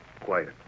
Quiet